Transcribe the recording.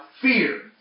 fear